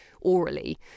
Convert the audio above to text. orally